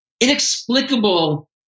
inexplicable